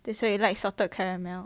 that's why you like salted caramel